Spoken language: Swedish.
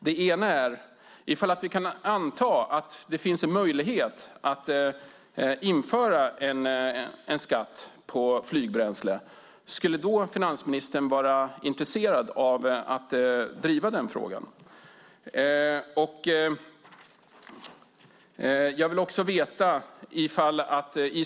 Den ena är att om vi kan anta att det finns en möjlighet att införa en skatt på flygbränsle, skulle finansministern då vara intresserad av att driva denna fråga?